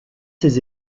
ses